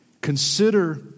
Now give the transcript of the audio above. Consider